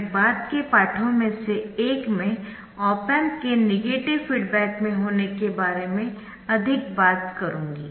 मैं बाद के पाठों में से एक में ऑप एम्प के नेगेटिव फीडबैक में होने के बारे में अधिक बात करुँगी